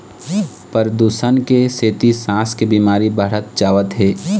परदूसन के सेती सांस के बिमारी बाढ़त जावत हे